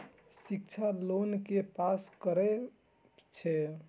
शिक्षा लोन के पास करें छै?